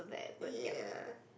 ya